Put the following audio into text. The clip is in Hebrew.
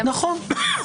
נכון.